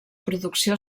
producció